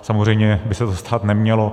Samozřejmě by se to stát nemělo.